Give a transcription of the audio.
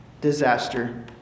disaster